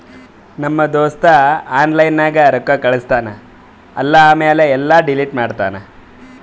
ನಮ್ ದೋಸ್ತ ಆನ್ಲೈನ್ ನಾಗ್ ರೊಕ್ಕಾ ಕಳುಸ್ತಾನ್ ಅಲ್ಲಾ ಆಮ್ಯಾಲ ಎಲ್ಲಾ ಡಿಲೀಟ್ ಮಾಡ್ತಾನ್